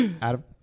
Adam